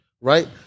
right